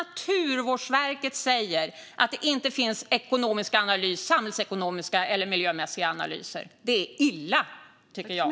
Naturvårdsverket säger att det inte finns någon samhällsekonomisk analys eller miljömässig analys. Det är illa, Markus Selin.